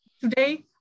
today